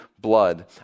blood